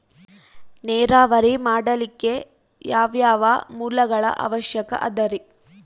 ನೇರಾವರಿ ಮಾಡಲಿಕ್ಕೆ ಯಾವ್ಯಾವ ಮೂಲಗಳ ಅವಶ್ಯಕ ಅದರಿ?